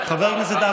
נוכחת.